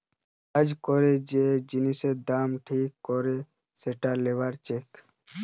কাজ করে যে জিনিসের দাম ঠিক করে সেটা লেবার চেক